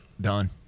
done